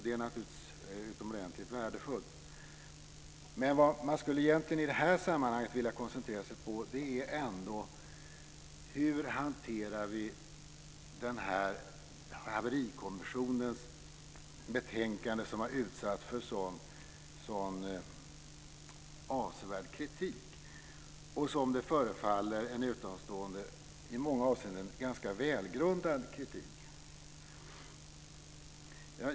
Det är naturligtvis utomordentligt värdefullt. Men i det här sammanhanget skulle man egentligen vilja koncentrera sig på hur vi hanterar Haverikommissionens betänkande, som har utsatts för sådan avsevärd kritik - och som det förefaller en utomstående i många avseenden ganska välgrundad kritik.